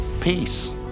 peace